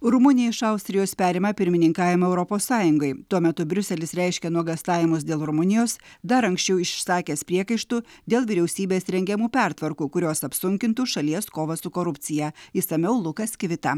rumunija iš austrijos perima pirmininkavimą europos sąjungai tuo metu briuselis reiškia nuogąstavimus dėl rumunijos dar anksčiau išsakęs priekaištų dėl vyriausybės rengiamų pertvarkų kurios apsunkintų šalies kovą su korupcija išsamiau lukas kivita